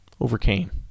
overcame